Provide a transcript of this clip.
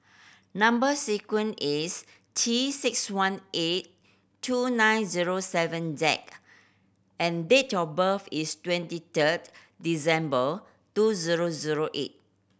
number sequence is T six one eight two nine zero seven Z and date of birth is twenty third December two zero zero eight